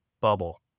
bubble